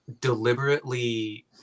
deliberately